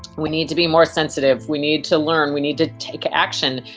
we need to be more sensitive, we need to learn, we need to take action,